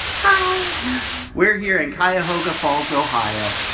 hi we're here in cuyahoga falls, ohio,